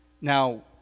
now